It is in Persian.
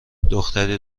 دختری